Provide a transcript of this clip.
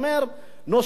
נושם אוויר,